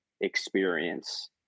experience